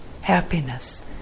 happiness